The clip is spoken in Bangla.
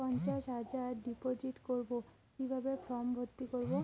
পঞ্চাশ হাজার ডিপোজিট করবো কিভাবে ফর্ম ভর্তি করবো?